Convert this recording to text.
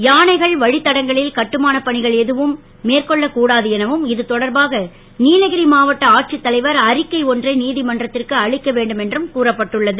யானைகள் வழித்தடங்களில் கட்டுமானப் பணிகள் எதுவும் மேற்கொள்ளக்கூடாது எனவும் இதுதொடர்பாக நீலகிரி மாவட்ட ஆட்சித்தலைவர் அறிக்கை ஒன்றை நீதிமன்றத்திற்கு அளிக்க வேண்டும் என்றும் கூறப்பட்டுள்ளது